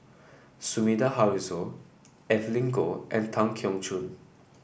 Sumida Haruzo Evelyn Goh and Tan Keong Choon